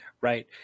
Right